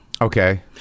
Okay